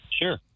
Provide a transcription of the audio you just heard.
Sure